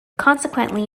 consequently